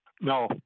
No